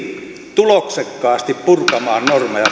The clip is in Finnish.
tuloksekkaasti purkamaan normeja